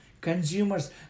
Consumers